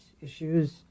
issues